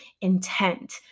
intent